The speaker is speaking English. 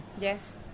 Yes